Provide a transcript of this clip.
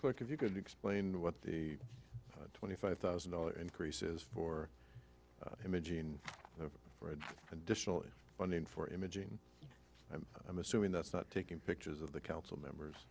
clarke if you could explain what the twenty five thousand dollars increases for imogene for additional funding for imaging i'm assuming that's not taking pictures of the council members